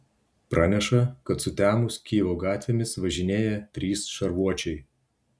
praneša kad sutemus kijevo gatvėmis važinėja trys šarvuočiai